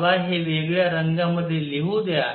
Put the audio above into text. मला हे वेगळ्या रंगामध्ये लिहू द्या